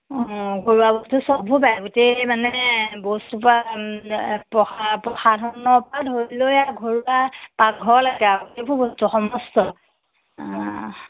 অ ঘৰুৱা বস্তু চববোৰ পায় গোটেই মানে বস্তু পা প্ৰসা প্ৰসাধানৰ পৰা ধৰি লৈ ঘৰুৱা পাকঘৰৰ পৰা আৰু গোটেইবোৰ বস্তু সমস্ত